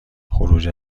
خروج